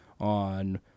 on